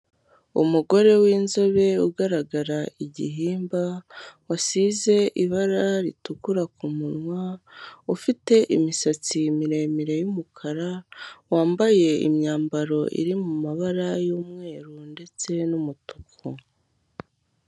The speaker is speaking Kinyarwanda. Umugore winzobe ugaragara igihimba wasize ibara ritukura ku munwa, ufite imisatsi miremire y'umukara, wambaye imyambaro iri mumabara y'umweru ndetse n'umutuku.